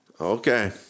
Okay